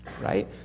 right